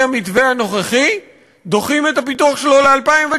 לפי המתווה הנוכחי דוחים את הפיתוח שלו ל-2019.